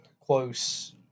close